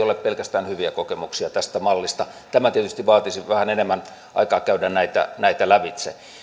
ole pelkästään hyviä kokemuksia tästä mallista tämä tietysti vaatisi vähän enemmän aikaa käydä näitä näitä lävitse